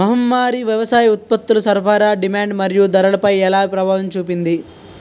మహమ్మారి వ్యవసాయ ఉత్పత్తుల సరఫరా డిమాండ్ మరియు ధరలపై ఎలా ప్రభావం చూపింది?